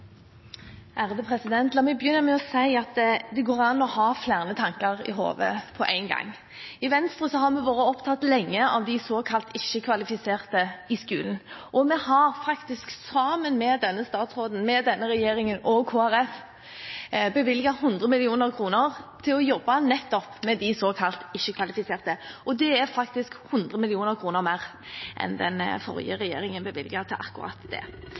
La meg begynne med å si at det går an å ha flere tanker i hodet på en gang. I Venstre har vi lenge vært opptatt av de såkalt ikke-kvalifiserte i skolen, og vi har faktisk sammen med denne statsråden, med denne regjeringen og Kristelig Folkeparti bevilget 100 mill. kr til å jobbe nettopp med de såkalt ikke-kvalifiserte. Det er faktisk 100 mill. kr mer enn den forrige regjeringen bevilget til akkurat det.